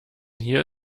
hier